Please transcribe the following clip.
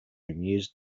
used